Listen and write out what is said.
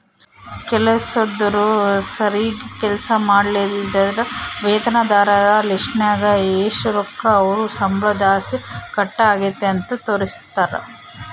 ಕೆಲಸ್ದೋರು ಸರೀಗ್ ಕೆಲ್ಸ ಮಾಡ್ಲಿಲ್ಲುದ್ರ ವೇತನದಾರರ ಲಿಸ್ಟ್ನಾಗ ಎಷು ರೊಕ್ಕ ಅವ್ರ್ ಸಂಬಳುದ್ಲಾಸಿ ಕಟ್ ಆಗೆತೆ ಅಂತ ತೋರಿಸ್ತಾರ